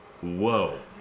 Whoa